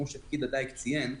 כמו שפקיד הדייג ציין,